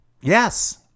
Yes